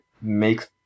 makes